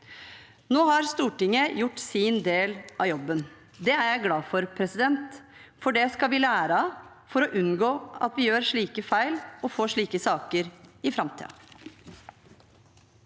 Nå har Stortinget gjort sin del av jobben. Det er jeg glad for, for det skal vi lære av for å unngå at vi gjør slike feil og får slike saker i framtiden.